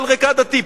ועל רקע עדתי?